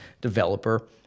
developer